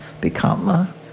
become